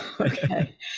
Okay